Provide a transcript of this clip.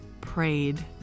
prayed